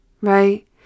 Right